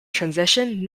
transition